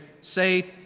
say